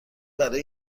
برای